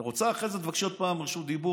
את רוצה, אחרי זה תבקשי עוד פעם רשות דיבור.